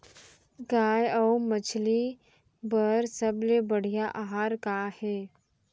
गाय अऊ मछली बर सबले बढ़िया आहार का हे?